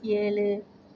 ஏழு